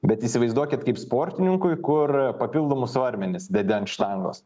bet įsivaizduokit kaip sportininkui kur papildomus svarmenis dedi ant štangos